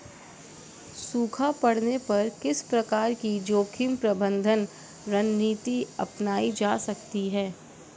सूखा पड़ने पर किस प्रकार की जोखिम प्रबंधन रणनीति अपनाई जा सकती है?